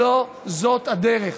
לא זו הדרך.